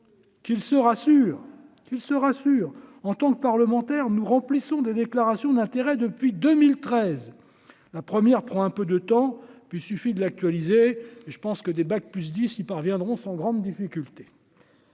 qu'ils se rassurent, il se rassure en tant que parlementaires, nous remplissons des déclarations d'intérêt depuis 2013 la première prend un peu de temps, puis il suffit de l'actualiser, je pense que des bac plus dix y parviendront sans grande difficulté.